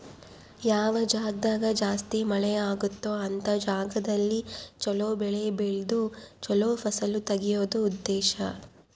ಯಾವ ಜಾಗ್ದಾಗ ಜಾಸ್ತಿ ಮಳೆ ಅಗುತ್ತೊ ಅಂತ ಜಾಗದಲ್ಲಿ ಚೊಲೊ ಬೆಳೆ ಬೆಳ್ದು ಚೊಲೊ ಫಸಲು ತೆಗಿಯೋದು ಉದ್ದೇಶ